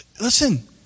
listen